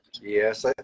yes